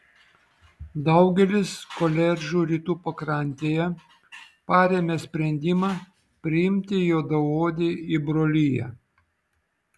daugelis koledžų rytų pakrantėje parėmė sprendimą priimti juodaodį į broliją